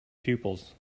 pupils